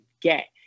get